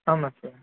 ஆமாம் சார்